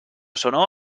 sonó